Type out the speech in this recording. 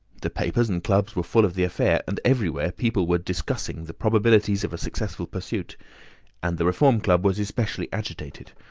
the papers and clubs were full of the affair, and everywhere people were discussing the probabilities of a successful pursuit and the reform club was especially agitated,